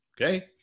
okay